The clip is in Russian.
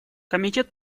комитет